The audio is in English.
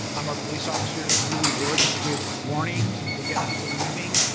um our police officers really worked to give warnings, and to get people moving,